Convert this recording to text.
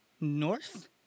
north